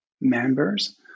members